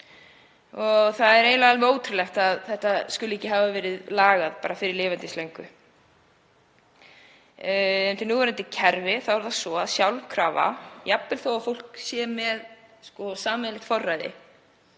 Það er eiginlega alveg ótrúlegt að þetta skuli ekki hafa verið lagað fyrir lifandis löngu. Undir núverandi kerfi er það svo að sjálfkrafa, jafnvel þó að fólk sé með sameiginlegt forræði,